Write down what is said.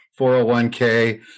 401k